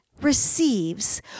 receives